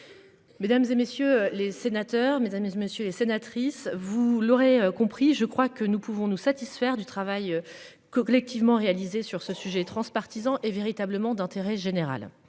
Mesdames, et messieurs les sénateurs, mais admise messieurs les sénatrices. Vous l'aurez compris, je crois que nous pouvons nous satisfaire du travail. Collectivement, réalisée sur ce sujet et transpartisan et véritablement d'intérêt général.